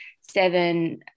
seven